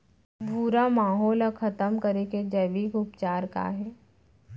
भूरा माहो ला खतम करे के जैविक उपचार का हे?